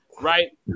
Right